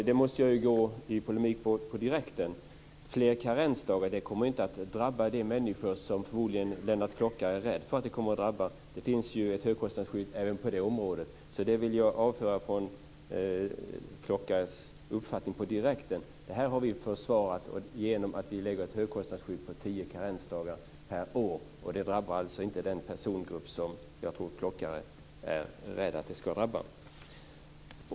Fru talman! Jag måste gå i polemik mot detta direkt. Fler karensdagar kommer inte att drabba de människor som Lennart Klockare förmodligen är rädd för ska drabbas. Det finns ju ett högkostnadsskydd även på det området. Det vill jag därför direkt avföra från Lennart Klockares uppfattning. Detta har vi försvarat genom att vi inför ett högkostnadsskydd på tio karensdagar per år. Det drabbar alltså inte den grupp människor som jag tror att Lennart Klockare är rädd för ska drabbas.